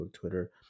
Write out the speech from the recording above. Twitter